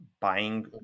buying